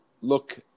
look